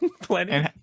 plenty